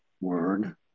word